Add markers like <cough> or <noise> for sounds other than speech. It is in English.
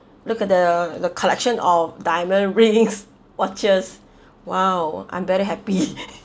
look at the the collection of diamond rings watches !wow! I'm very happy <laughs>